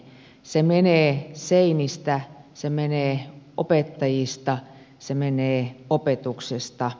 se menee seinistä se menee opettajista se menee opetuksesta